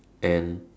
and